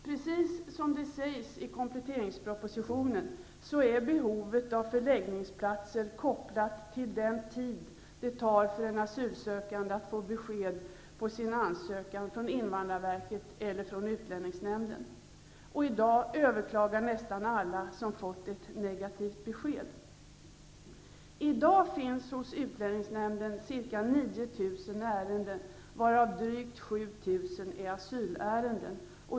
Precis som det sägs i kompletteringspropositionen är behovet av förläggningsplatser kopplat till den tid som det tar för en asylsökande att få besked på sin ansökan från invandrarverket eller från utlänningsnämnden. I dag överklagar nästan alla som har fått ett negativt besked. I dag finns det ca 9 000 ärenden hos utlänningsnämnden, varav drygt 7 000 är asylärenden.